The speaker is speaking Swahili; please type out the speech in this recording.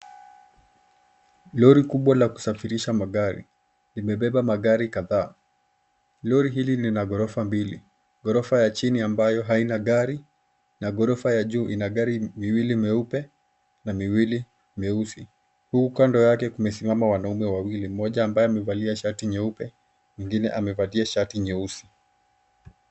Lori kubwa la kusafirisha magari imebeba magari kadhaa. Lori hili lina ghorofa mbili, ghorofa ya chini ambayo haina gari na ghorofa ya juu ina gari miwili meupe na miwili mieusi, huku kando yake kumesimama wanaume wawili, mmoja ambaye amevalia shati nyeupe, mwingine amevalia shati nyeusi.